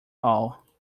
all